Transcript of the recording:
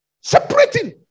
separating